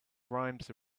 rhymes